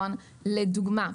לדוגמה,